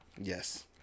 Yes